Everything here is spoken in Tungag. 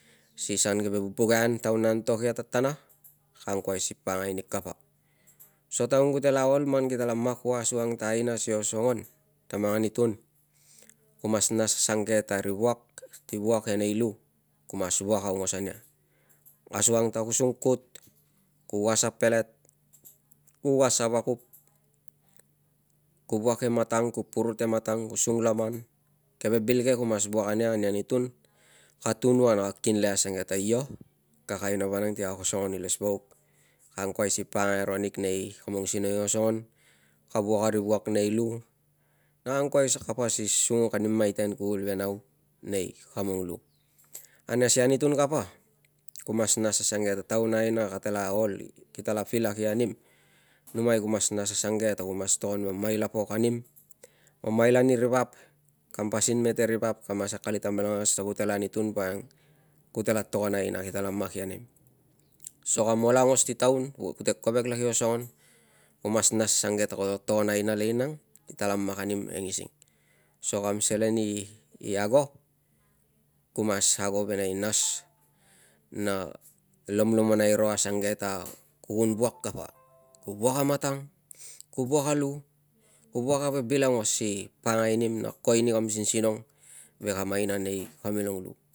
Sisan keve vubukai taunnan tok iata tana ka ang kuai si pakang anig kapa so taun ku ta mela olso taun ku te la ol man kila mak ua asukan ta amsio songon tamang anitun kaman nas asange ta ri vu koti vuak enei lu kumas vuak aungas ania asukaang sung kut, ku vas a pelet, ku uasa vakup, ki vuake matang, ku purute matang sung laman keve bi ke kumas vuak ania ani anitun ka tun var na ka kinle asange ta io kag aina vanaang siag osongon iles vuak ka angkuai nei kamung sinong i osongo ka vuak ari vuak i nei lu na ka ang kuai si sunguk ni maiten kuvul ve nau nei kamung iu. Ane si ani tun kapa kumas nas asange ta taun a aina kate la ol kita lap pilak ia anim neimai ku mas nas asunge ta taun a aina katela ol kitala pelak ia anim numai ku mas nas asunge ta kumas toron mamaila akorong pok anim mamaila ani ri vap kam pas meteri vap ka mes akalit amalangas t kolela aina si kam ol augos. Ku mas nas ta kutela atoron aina kitala mak anim na ku mas ago velai nas na kul kun vuak kapa. Ku vuak a matang ku vuak a lu ku vuak aungos a poi bil si kuai ani kam sinsinong si pakangai nim ve kam aina nei kamilong lu.